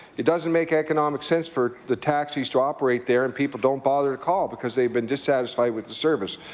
it doesn't make economic sense for the taxis to operate there and people don't bother to call because they've been dissatisfied with the service.